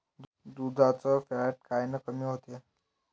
दुधाचं फॅट कायनं कमी होते?